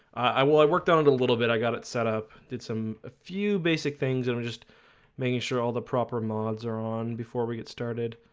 i will i worked on it a little bit i got it set up did some few basic things and just making sure all the proper mods are on before we get started